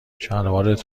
شلوارت